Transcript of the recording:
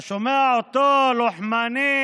אתה שומע אותו לוחמני,